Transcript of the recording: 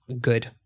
good